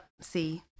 See